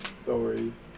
stories